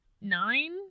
nine